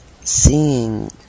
seeing